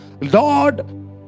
lord